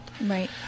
Right